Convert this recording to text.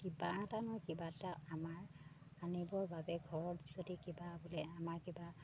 কিবা এটা নহয় কিবা এটা আমাৰ আনিবৰ বাবে ঘৰত যদি কিবা বোলে আমাৰ কিবা